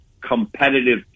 competitive